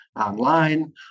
online